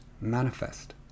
manifest